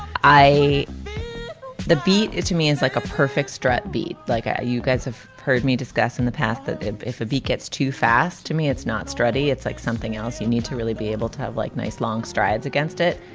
i the beat to me is like a perfect stret beat like ah you guys have heard me discuss in the past that if a beat gets too fast to me, it's not steady. it's like something else you need to really be able to have, like, nice long strides against it.